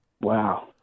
Wow